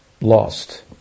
lost